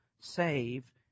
save